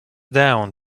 down